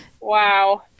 Wow